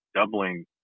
doubling